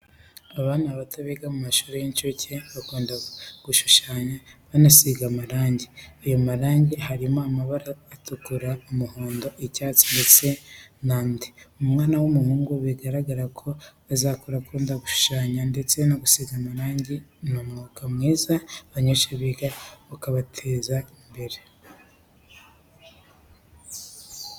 Abana bato biga mu mashuri y'incuke bakunda gushushanya banasiga amarangi, ayo marangi harimo amabara atukura, umuhondo, icyatsi, ndetse n'andi. Umwana w'umuhungu biragaraga ko azakura akunda gushushanya ndetse no gusiga amarange, ni umwuga mwiza abanyeshuri biga ukabateza imbere.